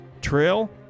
trail